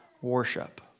worship